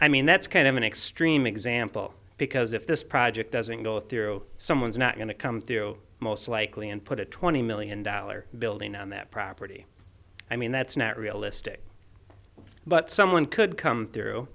i mean that's kind of an extreme example because if this project doesn't go through someone's not going to come through most likely and put a twenty million dollar building on that property i mean that's not realistic but someone could come through